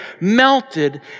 melted